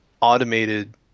automated